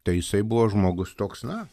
tai jisai buvo žmogus toks na